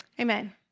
Amen